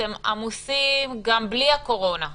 אתם עמוסים גם בלי הקורונה,